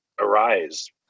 arise